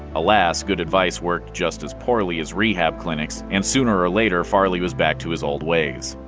alas, good advice worked just as poorly as rehab clinics, and sooner or later farley was back to his old ways.